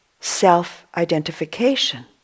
self-identification